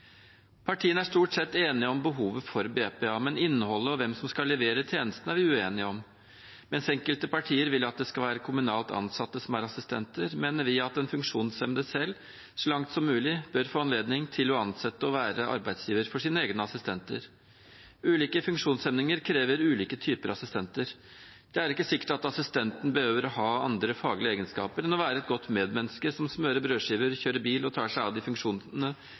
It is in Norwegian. Partiene er stort sett enige om behovet for BPA, men innholdet og hvem som skal levere tjenestene, er vi uenige om. Mens enkelte partier vil at det skal være kommunalt ansatte som er assistenter, mener vi at den funksjonshemmede selv, så langt som mulig, bør få anledning til å ansette og være arbeidsgiver for sine egne assistenter. Ulike funksjonshemninger krever ulike typer assistenter. Det er ikke sikkert at assistenten behøver å ha andre faglige egenskaper enn å være et godt medmenneske som smører brødskiver, kjører bil og tar seg av de